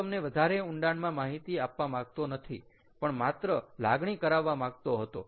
હું તમને વધારે ઊંડાણમાં માહિતી આપવા માગતો નથી પણ માત્ર લાગણી કરાવવા માંગતો હતો